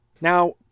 Now